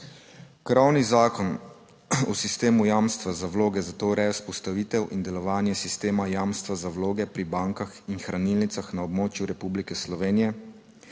Krovni zakon o sistemu jamstva za vloge za to ureja vzpostavitev in delovanje sistema jamstva za vloge pri bankah in hranilnicah na območju Republike Slovenije,